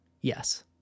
yes